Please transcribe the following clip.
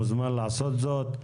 מוזמן לעשות זאת,